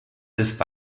des